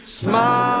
smile